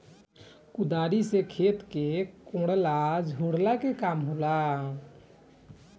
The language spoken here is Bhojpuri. कुदारी से खेत के कोड़ला झोरला के काम होला